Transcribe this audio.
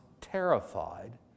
terrified